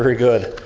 good.